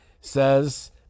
says